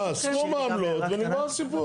מה, סכום העמלות ונגמר הסיפור.